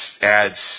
adds